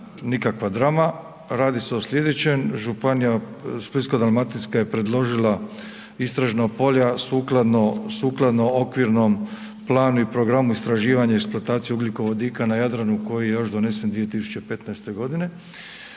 nikakva drama. Radi se o slijedećem, županija Splitsko-dalmatinska je predložila istražna polja sukladno okvirnom planu i programu istraživanja i eksploataciji ugljikovodika na Jadranu koji je još donesen 2015. g.,